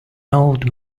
old